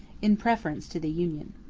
in preference to the union.